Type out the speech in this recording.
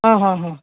ಹಾಂ ಹಾಂ ಹಾಂ